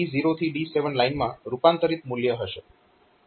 તો ADC ની D0 થી D7 લાઈનમાં રૂપાંતરીત મૂલ્ય હશે